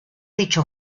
dicho